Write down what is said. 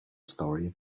story